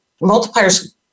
Multipliers